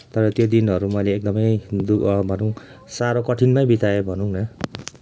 तर त्यो दिनहरू मैले एकदमै भनौँ साह्रो कठिनमै बिताएँ भनुङ न